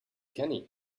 kenny